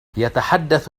يتحدث